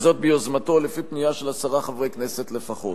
וזאת ביוזמתו או לפי פנייה של עשרה חברי כנסת לפחות.